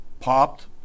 Popped